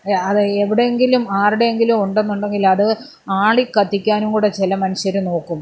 അത് എവിടെയെങ്കിലും ആരുടെയെങ്കിലും ഉണ്ടെന്നുണ്ടെങ്കിലത് ആളിക്കത്തിക്കാനുംകൂടി ചില മനുഷ്യർ നോക്കും